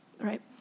right